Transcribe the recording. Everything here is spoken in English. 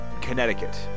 Connecticut